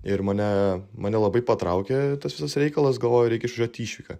ir mane mane labai patraukė tas visas reikalas galvoju reikia išvažiuot į išvyką